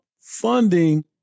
funding